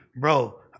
Bro